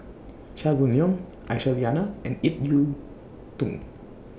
Chia Boon Leong Aisyah Lyana and Ip Yiu Tung